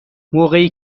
موقعی